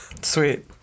Sweet